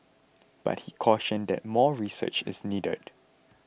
but he cautioned that more research is needed